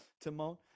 Timon